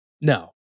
No